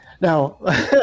Now